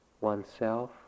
oneself